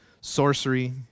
sorcery